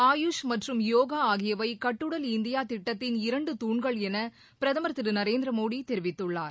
ஆயூஷ் மற்றும் யோகா ஆகியவை கட்டுடல் இந்தியா திட்டத்தின் இரண்டு தூண்கள் என பிரதமர் திரு நரேந்திர மோடி தெரிவித்துள்ளார்